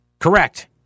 Correct